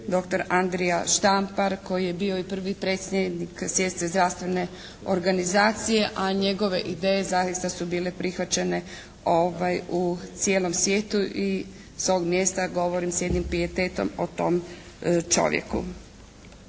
Andrija Štampar koji je bio i prvi predsjednik Svjetske zdravstvene organizacije, a njegove ideje zaista su bile prihvaćene u cijelom svijetu i s ovog mjesta govorim s jednim pijetetom o tom čovjeku.